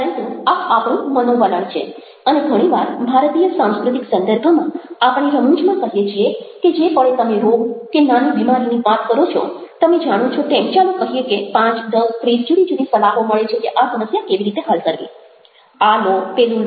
પરંતુ આ આપણું મનોવલણ છે અને ઘણી વાર ભારતીય સાંસ્કૃતિક સંદર્ભમાં આપણે રમૂજમાં કહીએ છીએ કે જે પળે તમે રોગ કે નાની બીમારીની વાત કરો છો તમે જાણો છો તેમ ચાલો કહીએ કે ૫ 10 30 જુદી જુદી સલાહો મળે છે કે આ સમસ્યા કેવી રીતે હલ કરવી આ લો પેલું લો